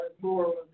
more